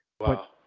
Wow